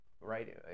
right